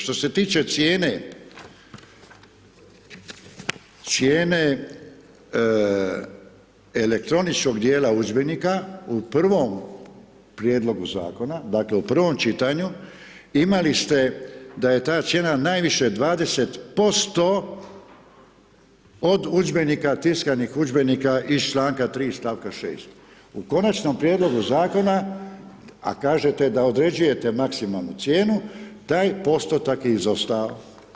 Što se tiče cijene, cijene elektroničkog dijela udžbenika u prvom prijedlogu zakona, dakle, u prvom čitanju, imali ste da je ta cijena najviše 20% od tiskanih udžbenika iz čl. 3 st. 6. U konačnom prijedlogu zakona, a kažete da određujete maksimalnu cijenu, taj postotak je izostao.